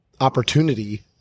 opportunity